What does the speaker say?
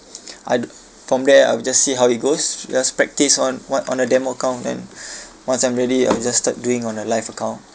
I'd from there I will just see how it goes just practise on what on a demo account then once I'm ready I'll just start doing on a live account